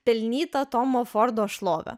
pelnytą tomo fordo šlovę